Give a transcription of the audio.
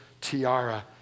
tiara